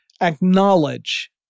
acknowledge